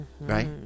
right